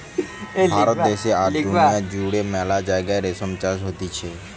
ভারত দ্যাশে আর দুনিয়া জুড়ে মেলা জাগায় রেশম চাষ হতিছে